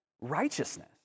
righteousness